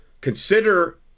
consider